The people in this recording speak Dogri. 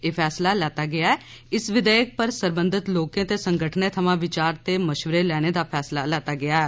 एह् फैसला लैता गेआ ऐ इस विघेयक पर सरबंधत लोकें ते संगठनें थमां विचार ते मशवरे लैने दा फैसला लैता गेआ ऐ